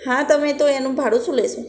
હા તમે તો એનું ભાડું શું લેશો